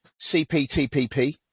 CPTPP